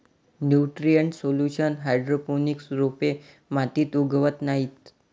nutrient solution hydroponics रोपे मातीत उगवत नाहीत